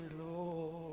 Lord